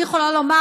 אני יכולה לומר,